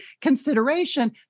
consideration